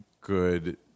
good